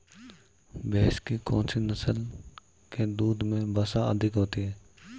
भैंस की कौनसी नस्ल के दूध में वसा अधिक होती है?